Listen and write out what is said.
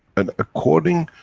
and according,